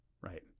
right